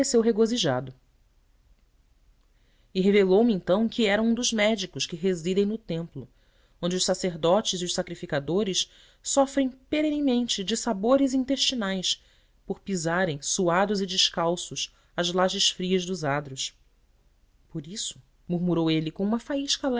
pareceu regozijado e revelou me então que era um dos médicos que residem no templo onde os sacerdotes e os sacrificadores sofrem perenemente dissabores intestinais por pisarem suados e descalços as lajes frias dos adros por isso murmurou ele com uma faísca